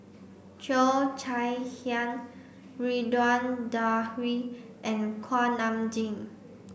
Cheo Chai Hiang Ridzwan Dzafir and Kuak Nam Jin